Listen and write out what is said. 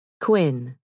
Quinn